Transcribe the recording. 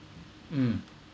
mm